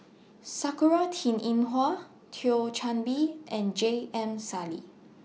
Sakura Teng Ying Hua Thio Chan Bee and J M Sali